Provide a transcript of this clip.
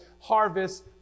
harvest